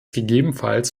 gegebenenfalls